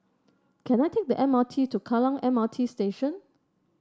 can I take the M R T to Kallang M R T Station